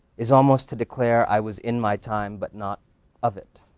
is almost to declare i was in my time, but not of it.